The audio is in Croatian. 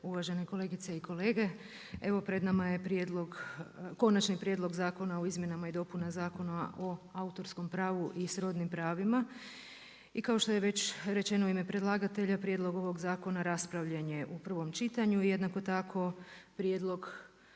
uvažene kolegice i kolege. Evo pred nama je Konačni prijedlog Zakona o izmjenama i dopunama Zakona o autorskom pravu i srodnim pravima i kao što je već rečeno u ime predlagatelja. Prijedlog ovog zakona raspravljen je u prvom čitanju i jednako tako konačni prijedlog